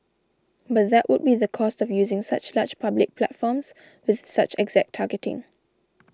but that would be the cost of using such large public platforms with such exact targeting